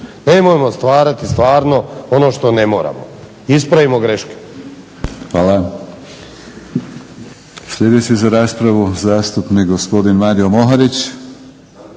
Nemojmo stvarati stvarno ono što ne moramo. Ispravimo greške.